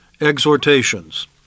exhortations